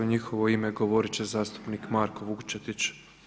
U njihovo ime govoriti će zastupnik Marko Vučetić.